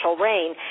rain